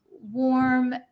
warm